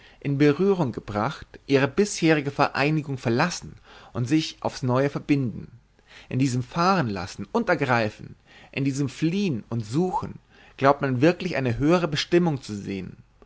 in berührung gebracht ihre bisherige vereinigung verlassen und sich aufs neue verbinden in diesem fahrenlassen und ergreifen in diesem fliehen und suchen glaubt man wirklich eine höhere bestimmung zu sehen